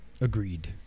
agreed